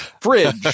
fridge